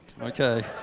Okay